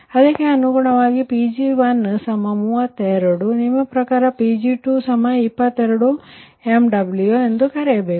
ಮತ್ತು ಅದಕ್ಕೆ ಅನುಗುಣವಾಗಿ Pg132ಮತ್ತು ನಿಮ್ಮ ಪ್ರಕಾರ Pg222 MW ಎಂದು ಕರೆಯಬೇಕು